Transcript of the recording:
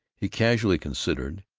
he casually considered,